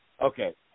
okay